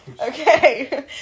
Okay